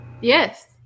Yes